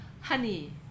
honey